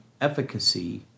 efficacy